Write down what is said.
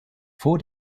vor